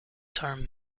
term